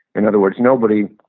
in other words, nobody,